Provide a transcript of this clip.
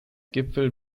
gipfel